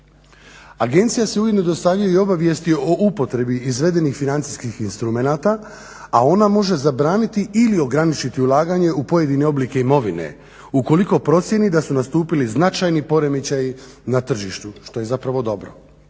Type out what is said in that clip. Agencija se ujedno …/Govornik se ne razumije./… i obavijesti o upotrebi izvedenih financijskih instrumenata a ona može zabraniti ili ograničiti ulaganje u pojedine oblike imovine ukoliko procjeni da su nastupili značajni poremećaji na tržištu što je zapravo dobro.